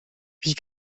wie